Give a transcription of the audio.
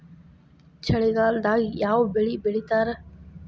ಚಳಿಗಾಲದಾಗ್ ಯಾವ್ ಬೆಳಿ ಬೆಳಿತಾರ?